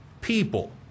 people